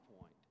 point